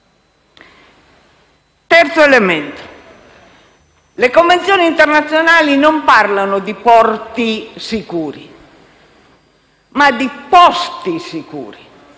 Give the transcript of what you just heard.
terzo elemento: le convenzioni internazionali non parlano di porti sicuri, ma di posti sicuri